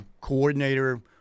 coordinator